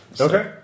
Okay